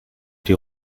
die